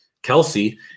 Kelsey